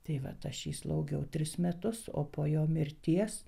tai vat aš jį slaugiau tris metus o po jo mirties